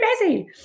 busy